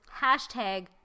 hashtag